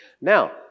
Now